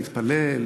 להתפלל,